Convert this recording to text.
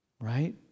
Right